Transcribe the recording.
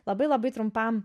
labai labai trumpam